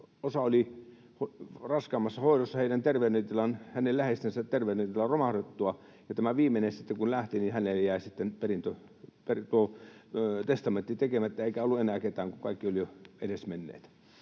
Osa oli raskaammassa hoidossa hänen läheistensä terveydentilan romahdettua, ja tämä viimeinen sitten kun lähti, niin häneltä jäi testamentti tekemättä, eikä ollut enää ketään, kun kaikki olivat jo edesmenneet.